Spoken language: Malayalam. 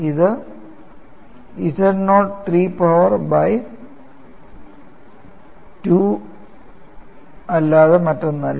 ഇത് z നോട്ട് 3 പവർ ബൈ 2 അല്ലാതെ മറ്റൊന്നുമല്ല